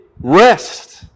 Rest